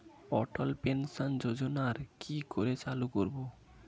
অটল pension যোজনার কি করে চালু করব?